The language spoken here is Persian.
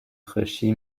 خوشی